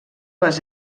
les